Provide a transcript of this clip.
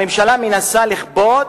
הממשלה מנסה לכפות